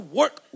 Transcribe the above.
work